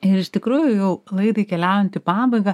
ir iš tikrųjų jau laidai keliaujant į pabaigą